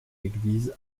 église